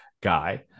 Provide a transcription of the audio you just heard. guy